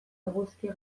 eguzki